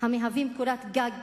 בתים המהווים קורת גג